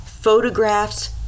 photographs